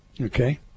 okay